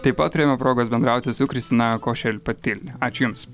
taip pat turėjome progos bendrauti su kristina košel patil ačiū jums